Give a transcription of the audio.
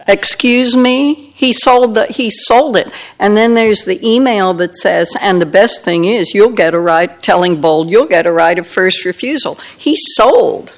excuse me he sold that he sold it and then there's the e mail that says and the best thing is you'll get a ride telling bold you'll get a right of first refusal he sold